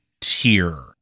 tier